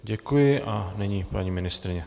Děkuji a nyní paní ministryně.